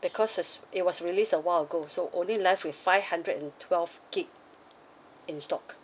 because is it was released a while ago so only left with five hundred and twelve gig in stock